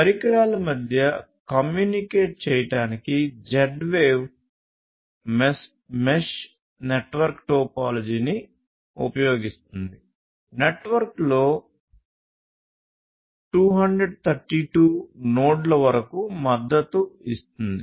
పరికరాల మధ్య కమ్యూనికేట్ చేయడానికి Z వేవ్ మెష్ నెట్వర్క్ టోపోలాజీని ఉపయోగిస్తుంది నెట్వర్క్లో 232 నోడ్ల వరకు మద్దతు ఇస్తుంది